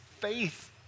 faith